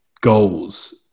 goals